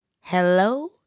Hello